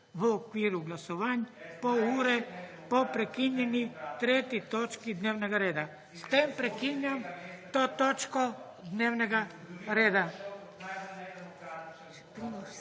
v okviru glasovanj pol ure po prekinjeni 3. točki dnevnega reda. S tem prekinjam to točko dnevnega reda.